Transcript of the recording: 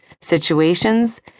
situations